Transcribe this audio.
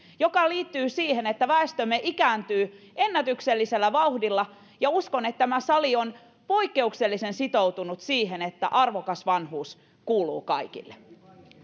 mikä liittyy siihen että väestömme ikääntyy ennätyksellisellä vauhdilla uskon että tämä sali on poikkeuksellisen sitoutunut siihen että arvokas vanhuus kuuluu kaikille